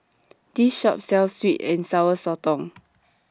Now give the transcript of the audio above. This Shop sells Sweet and Sour Sotong